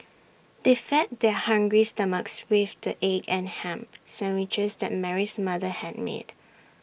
they fed their hungry stomachs with the egg and Ham Sandwiches that Mary's mother had made